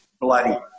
bloody